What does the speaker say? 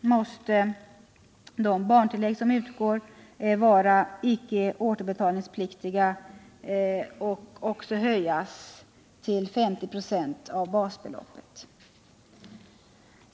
måste barntillägg som icke är återbetalningspliktiga omedelbart höjas till 50 96 av basbeloppet.